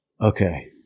Okay